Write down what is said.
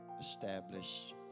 established